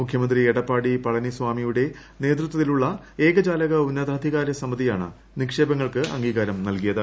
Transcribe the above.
മുഖ്യമന്ത്രി എടപ്പാടി പളനിസ്വാമിയുടെ നേതൃത്വത്തിലുള്ള ഏകജാലക ഉന്നതാധികാര കമ്മിറ്റിയാണ് നിക്ഷേപങ്ങൾക്ക് അംഗീകാരം നൽകിയത്